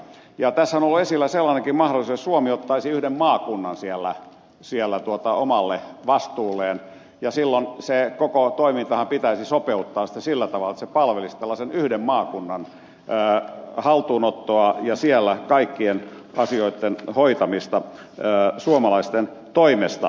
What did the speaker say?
tässähän on ollut esillä sellainenkin mahdollisuus jos suomi ottaisi yhden maakunnan siellä omalle vastuulleen ja silloin se koko toimintahan pitäisi sopeuttaa sitten sillä tavalla että se palvelisi tällaisen yhden maakunnan haltuunottoa ja siellä kaikkien asioitten hoitamista suomalaisten toimesta